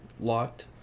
locked